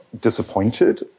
disappointed